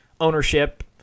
ownership